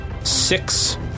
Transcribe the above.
Six